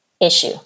issue